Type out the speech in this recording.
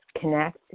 connect